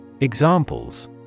Examples